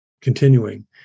continuing